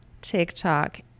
TikTok